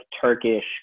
Turkish